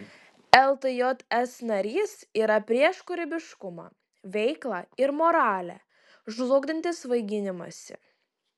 ltjs narys yra prieš kūrybiškumą veiklą ir moralę žlugdantį svaiginimąsi